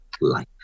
life